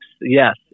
yes